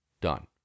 Done